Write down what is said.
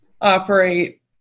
operate